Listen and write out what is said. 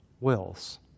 wills